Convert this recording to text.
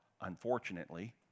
unfortunately